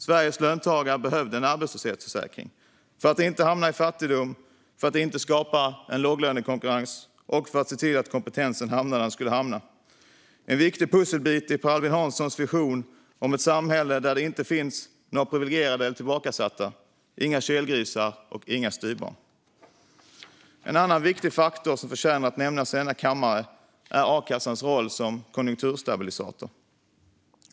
Sveriges löntagare behövde en arbetslöshetsförsäkring för att inte hamna i fattigdom, för att det inte skulle skapas en låglönekonkurrens och för att kompetensen skulle hamna där den skulle hamna. Detta var en viktig pusselbit i Per Albin Hanssons vision om ett samhälle där det inte finns några privilegierade eller tillbakasatta, inga kelgrisar och inga styvbarn. En annan viktig faktor som förtjänar att nämnas i denna kammare är a-kassans roll som konjunkturstabilisator.